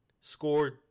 scored